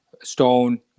stone